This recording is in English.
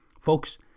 Folks